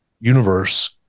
universe